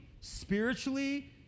spiritually